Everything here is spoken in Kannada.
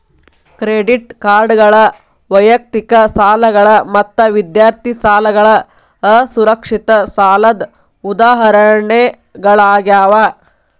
ಕ್ರೆಡಿಟ್ ಕಾರ್ಡ್ಗಳ ವೈಯಕ್ತಿಕ ಸಾಲಗಳ ಮತ್ತ ವಿದ್ಯಾರ್ಥಿ ಸಾಲಗಳ ಅಸುರಕ್ಷಿತ ಸಾಲದ್ ಉದಾಹರಣಿಗಳಾಗ್ಯಾವ